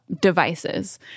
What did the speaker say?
devices